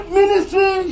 ministry